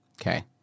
Okay